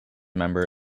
member